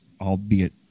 albeit